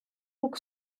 nhw